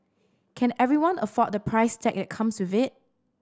can everyone afford the price tag that comes with it